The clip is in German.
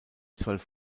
zwölf